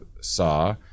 saw